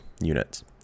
units